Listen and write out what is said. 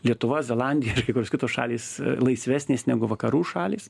lietuva zelandija ir kai kurios kitos šalys laisvesnės negu vakarų šalys